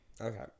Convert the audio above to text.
Okay